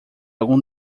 algum